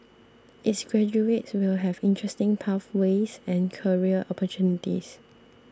its graduates will have interesting pathways and career opportunities